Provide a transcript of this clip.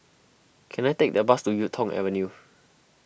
can I take a bus to Yuk Tong Avenue